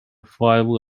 five